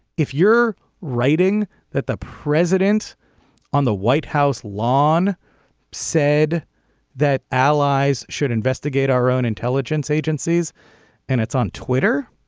if you're writing that the president on the white house lawn said that allies should investigate our own intelligence agencies and it's on twitter.